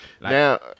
Now